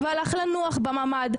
הוא הלך לנוח בממ"ד".